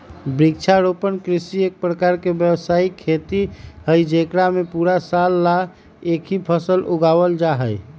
वृक्षारोपण कृषि एक प्रकार के व्यावसायिक खेती हई जेकरा में पूरा साल ला एक ही फसल उगावल जाहई